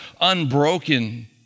unbroken